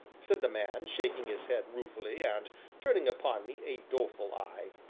said the man, shaking his head ruefully, and turning upon me a doleful eye,